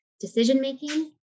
decision-making